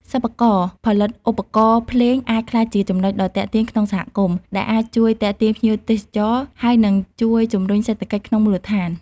សិប្បកម្មផលិតឧបករណ៍ភ្លេងអាចក្លាយជាចំណុចដ៏ទាក់ទាញក្នុងសហគមន៍ ដែលអាចជួយទាក់ទាញភ្ញៀវទេសចរណ៍ ហើយនឹងជួយជំរុញសេដ្ឋកិច្ចក្នុងមូលដ្ឋាន។